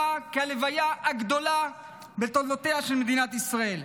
כלוויה הגדולה בתולדותיה של מדינת ישראל,